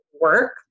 work